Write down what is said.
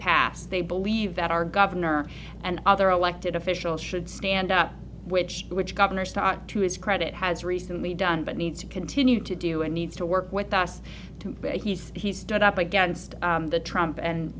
passed they believe that our governor and other elected officials should stand up which which governor scott to his credit has recently done but need to continue to do and needs to work with us to he's he stood up against the